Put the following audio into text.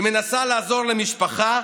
היא מנסה לעזור למשפחה.